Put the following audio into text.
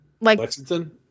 Lexington